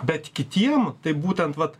bet kitiem tai būtent vat